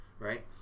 Right